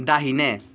दाहिने